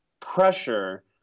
pressure